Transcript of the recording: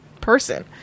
person